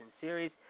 Series